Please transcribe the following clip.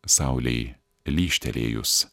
saulei lyžtelėjus